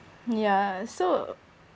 ya so